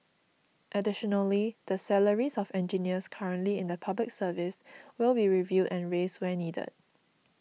additionally the salaries of engineers currently in the Public Service will be reviewed and raised where needed